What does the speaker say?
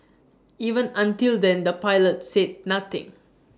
even until then the pilots said nothing